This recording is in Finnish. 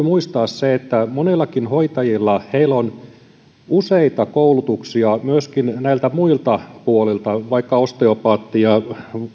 muistaa että monillakin hoitajilla on useita koulutuksia myöskin muilta muilta puolilta vaikkapa osteopaatti ja